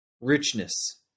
richness